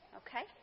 okay